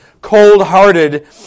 cold-hearted